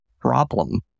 problem